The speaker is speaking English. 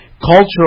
Cultural